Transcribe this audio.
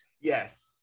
Yes